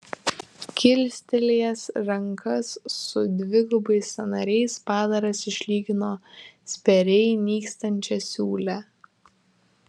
kilstelėjęs rankas su dvigubais sąnariais padaras išlygino spėriai nykstančią siūlę